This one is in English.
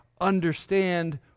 understand